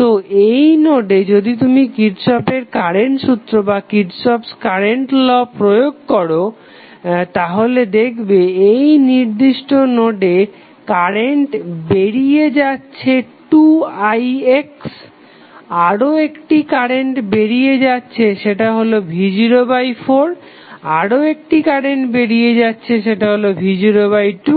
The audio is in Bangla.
তো এই নোডে যদি তুমি কিরর্শফের কারেন্ট সূত্র প্রয়োগ করো তাহলে দেখবে এই নির্দিষ্ট নোডে কারেন্ট বেরিয়ে যাচ্ছে 2ix আরও একটি কারেন্ট বেরিয়ে যাচ্ছে সেটা হলো v04 আরও একটি কারেন্ট বেরিয়ে যাচ্ছে সেটা হলো v02